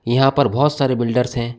यहाँ पर बहुत सारे बिल्डर्स हैं